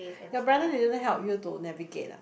your brother didn't help you to navigate ah